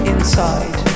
Inside